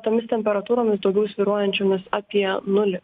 tomis temperatūromis daugiau svyruojančiomis apie nulį